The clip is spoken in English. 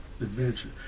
Adventure